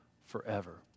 forever